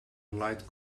light